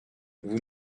vous